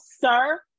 sir